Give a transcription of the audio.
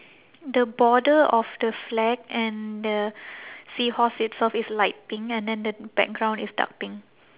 the border of the flag and the seahorse itself is light pink and then the background is dark pink